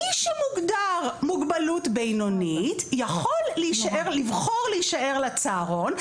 מי שמוגדר מוגבלות בינונית יכול לבחור להישאר לצהרון,